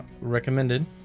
recommended